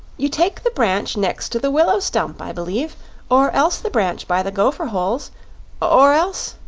you take the branch next the willow stump, i b'lieve or else the branch by the gopher holes or else